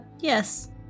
yes